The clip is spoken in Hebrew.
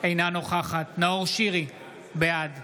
אינה נוכחת נאור שירי, בעד